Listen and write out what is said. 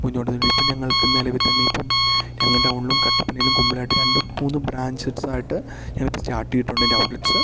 മുന്നോട്ടുപോയി ഇപ്പം ഞങ്ങൾക്ക് നിലവിൽത്തന്നെ ഇപ്പം ഞങ്ങൾ ടൗൺലും കട്ടപ്പനയ്ലും കുമ്പിളുമായിട്ട് രണ്ടും മൂന്നും ബ്രാഞ്ചസ്സ് ആയിട്ട് ഞങ്ങളിപ്പോൾ സ്റ്റാർട്ട് ചെയ്തിട്ടുണ്ട് അതിൻ്റെ ഔട്ട്ലെറ്റ്സ്